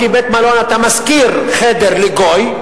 כי בבית-מלון אתה משכיר חדר לגוי,